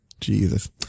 Jesus